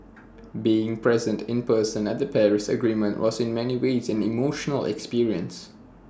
being present in person at the Paris agreement was in many ways an emotional experience